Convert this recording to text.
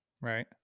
right